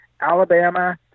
Alabama